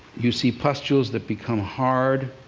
you see pustules that become hard.